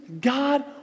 God